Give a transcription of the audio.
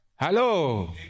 Hello